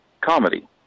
comedy